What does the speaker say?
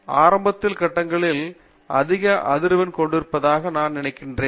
பேராசிரியர் மகேஷ் வி பஞ்ச்குநுலா ஆரம்பத்தில் கூட்டங்களில் அதிக அதிர்வெண் கொண்டிருப்பதாக நான் சொல்லுவேன்